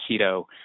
keto